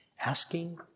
Asking